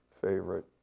favorite